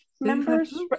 members